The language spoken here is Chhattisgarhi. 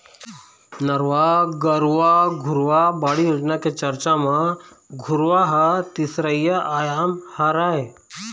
नरूवा, गरूवा, घुरूवा, बाड़ी योजना के चरचा म घुरूवा ह तीसरइया आयाम हरय